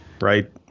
right